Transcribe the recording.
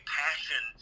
passion